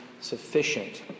sufficient